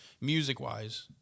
music-wise